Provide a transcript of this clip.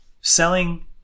Selling